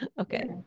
Okay